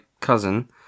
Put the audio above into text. cousin